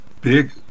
big